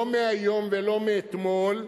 לא מהיום ולא מאתמול,